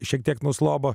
šiek tiek nuslopo